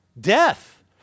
Death